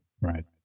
Right